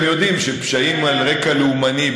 אני מניח שאתם יודעים שפשעים על רקע לאומני,